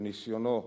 לניסיונו,